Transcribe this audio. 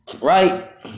right